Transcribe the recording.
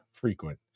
frequent